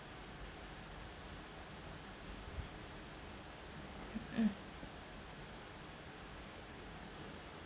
mm mm